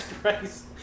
Christ